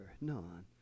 none